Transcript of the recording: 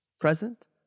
present